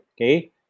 Okay